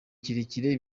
kirekire